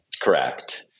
Correct